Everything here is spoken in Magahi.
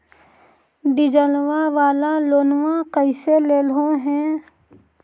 डीजलवा वाला लोनवा कैसे लेलहो हे?